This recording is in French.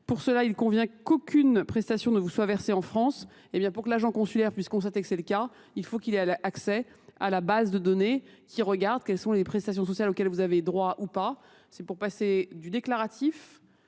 Pour cela il convient qu'aucune prestation ne vous soit versée en France et bien pour que l'agent consulaire puisse constater que c'est le cas il faut qu'il ait accès à la base de données qui regarde quelles sont les prestations sociales auxquelles vous avez droit ou pas. C'est pour passer du déclaratif